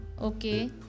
Okay